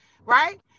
right